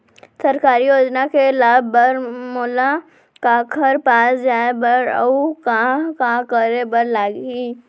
सरकारी योजना के लाभ बर मोला काखर पास जाए बर अऊ का का करे बर लागही?